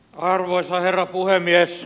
arvoisa herra puhemies